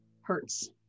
hurts